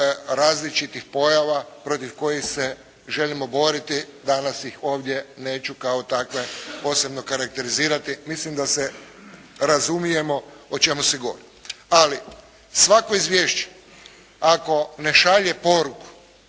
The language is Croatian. različitih pojava protiv kojih se želimo boriti, danas ih ovdje neću kao takve posebno karakterizirati. Mislim da se razumijemo o čemu se govori. Ali svako izvješće ako ne šalje poruku